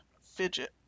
fidget